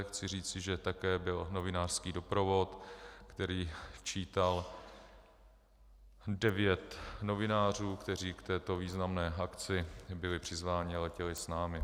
Chci říci, že také byl novinářský doprovod, který čítal devět novinářů, kteří k této významné akci byli přizváni a letěli s námi.